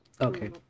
okay